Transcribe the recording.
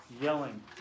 yelling